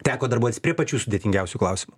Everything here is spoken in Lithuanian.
teko darbuotis prie pačių sudėtingiausių klausimų